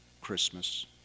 Christmas